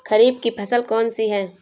खरीफ की फसल कौन सी है?